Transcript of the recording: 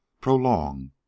prolong